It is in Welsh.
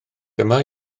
dyma